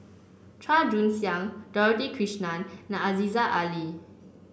Chua Joon Siang Dorothy Krishnan and Aziza Ali